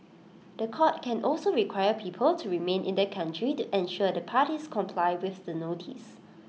The Court can also require people to remain in the country to ensure the parties comply with the notice